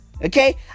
Okay